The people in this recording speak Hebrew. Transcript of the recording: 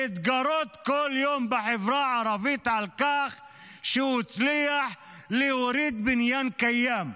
להתגרות בכל יום בחברה הערבית על כך שהוא הצליח להוריד בניין קיים,